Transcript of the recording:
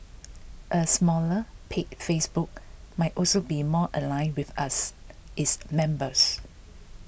a smaller paid Facebook might also be more aligned with us its members